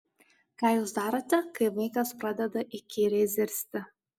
ką jūs darote kai vaikas pradeda įkyriai zirzti